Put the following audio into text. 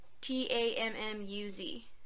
T-A-M-M-U-Z